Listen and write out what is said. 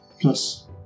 Plus